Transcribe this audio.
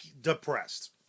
depressed